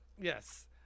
Yes